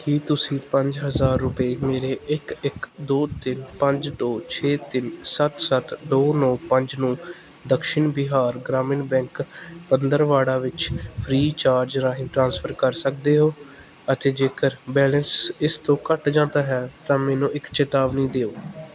ਕੀ ਤੁਸੀਂਂ ਪੰਜ ਹਜ਼ਾਰ ਰੁਪਏ ਮੇਰੇ ਇੱਕ ਇੱਕ ਦੋ ਤਿੰਨ ਪੰਜ ਦੋ ਛੇ ਤਿੰਨ ਸੱਤ ਸੱਤ ਦੋ ਨੌਂ ਪੰਜ ਨੂੰ ਦਕਸ਼ੀਨ ਬਿਹਾਰ ਗ੍ਰਾਮੀਣ ਬੈਂਕ ਪੰਦਰਵਾੜਾ ਵਿੱਚ ਫ੍ਰੀਚਾਰਜ ਰਾਹੀਂ ਟ੍ਰਾਂਸਫਰ ਕਰ ਸਕਦੇ ਹੋ ਅਤੇ ਜੇਕਰ ਬੈਲੇਂਸ ਇਸ ਤੋਂ ਘੱਟ ਜਾਂਦਾ ਹੈ ਤਾਂ ਮੈਨੂੰ ਇੱਕ ਚੇਤਾਵਨੀ ਦਿਓ